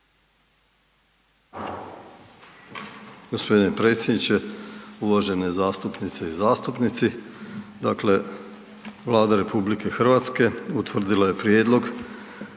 Gospodine predsjedniče, uvažene zastupnice i zastupnici. Dakle, Vlada RH utvrdila je prijedlog